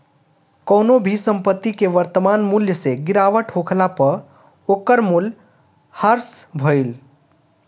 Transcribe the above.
कवनो भी संपत्ति के वर्तमान मूल्य से गिरावट होखला पअ ओकर मूल्य ह्रास भइल